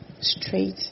straight